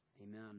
Amen